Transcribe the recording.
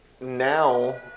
now